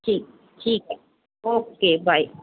ਠੀਕ ਠੀਕ ਹੈ ਓਕੇ ਬਾਏ